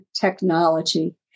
technology